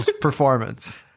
performance